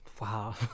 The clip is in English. Wow